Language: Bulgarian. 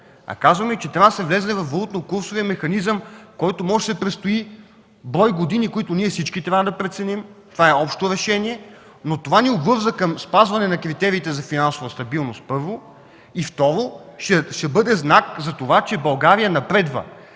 Казваме, че трябва да се влезе във валутно-курсовия механизъм, в който може да се престои брой години, които ние всички трябва да преценим – това е общо решение, но това ни обвързва към спазване на критериите за финансова стабилност, първо. И второ, ще бъде знак, че България напредва.